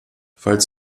falls